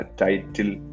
title